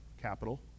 capital